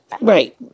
Right